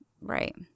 right